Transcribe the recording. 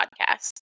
podcast